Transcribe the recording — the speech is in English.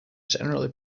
generally